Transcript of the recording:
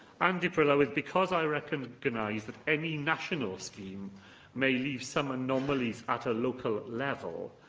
and, dirprwy lywydd, because i recognise that any national scheme may leave some anomalies at a local level,